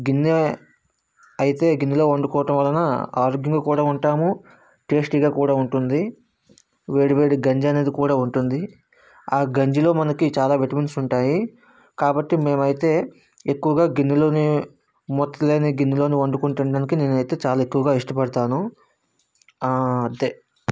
గిన్నె అయితే గిన్నెలో వండుకోవటం వలన ఆరోగ్యం కూడా ఉంటాము టేస్టీగా కూడా ఉంటుంది వేడివేడి గంజి అనేది కూడా ఉంటుంది ఆ గంజిలో మనకి చాలా విటమిన్స్ ఉంటాయి కాబట్టి మేమైతే ఎక్కువగా గిన్నెలో మూత లేని గిన్నెలో వండుకుంటానికి నేనైతే చాలా ఎక్కువగా ఇష్టపడతాను అంతే